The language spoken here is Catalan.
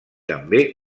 també